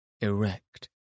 erect